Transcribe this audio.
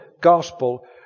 gospel